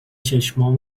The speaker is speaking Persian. چشمام